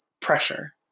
pressure